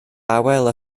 awel